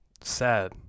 Sad